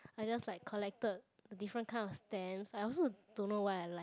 I just like collected different kind of stamps I also don't know why I like